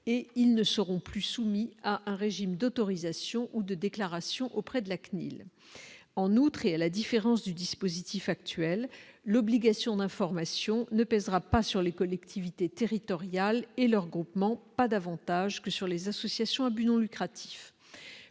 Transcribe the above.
et ils ne seront plus soumis à un régime d'autorisation ou de déclaration auprès de la CNIL en outre et à la différence du dispositif actuel, l'obligation d'information ne pèsera pas sur les collectivités territoriales et leurs regroupement pas davantage que sur les associations à but non lucratif,